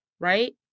right